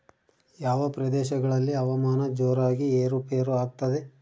ಯಾವ ಪ್ರದೇಶಗಳಲ್ಲಿ ಹವಾಮಾನ ಜೋರಾಗಿ ಏರು ಪೇರು ಆಗ್ತದೆ?